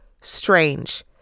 strange